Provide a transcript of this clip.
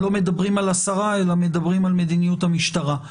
אנחנו לא מדברים על השרה אלא על מדיניות המשטרה.